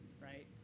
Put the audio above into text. right